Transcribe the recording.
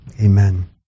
amen